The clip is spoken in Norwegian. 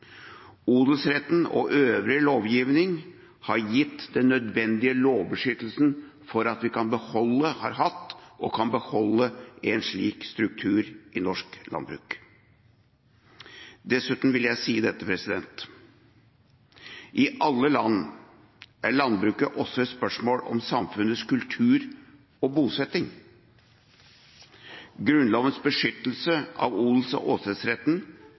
Odelsretten og øvrig lovgivning har gitt den nødvendige beskyttelsen for at vi har hatt og kan beholde en slik struktur i norsk landbruk. Dessuten vil jeg si dette: I alle land er landbruket også et spørsmål om samfunnets kultur og bosetting. Grunnlovens beskyttelse av odels- og